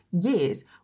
years